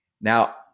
Now